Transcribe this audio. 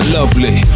lovely